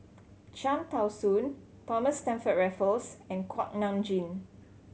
Cham Tao Soon Thomas Stamford Raffles and Kuak Nam Jin